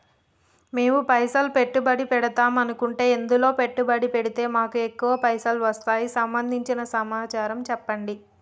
మేము పైసలు పెట్టుబడి పెడదాం అనుకుంటే ఎందులో పెట్టుబడి పెడితే మాకు ఎక్కువ పైసలు వస్తాయి సంబంధించిన సమాచారం చెప్పండి?